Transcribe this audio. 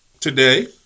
Today